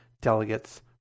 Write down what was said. Delegates